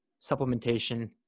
supplementation